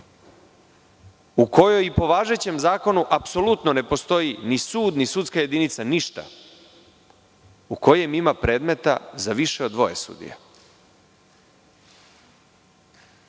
u kojoj i po važećem zakonu apsolutno ne postoji ni sud ni sudska jedinica, ništa, u kojem ima predmeta za više od dvoje